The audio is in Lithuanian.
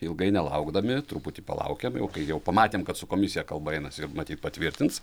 ilgai nelaukdami truputį palaukėm jau kai jau pamatėm kad su komisija kalba einasi ir matyt patvirtins